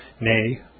nay